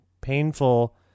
painful